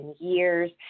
years